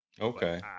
Okay